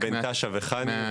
בין תש"ן לחנ"י.